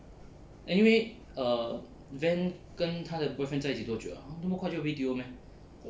anyway err van 跟她的 boyfriend 在一起多久了那么快就 B_T_O meh